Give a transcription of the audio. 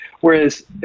whereas